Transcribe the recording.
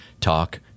Talk